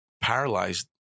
paralyzed